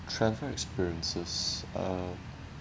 travel experiences uh